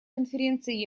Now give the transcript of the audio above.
конференции